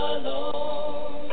alone